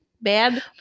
bad